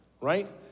right